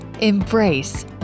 Embrace